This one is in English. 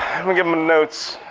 i'm giving him notes.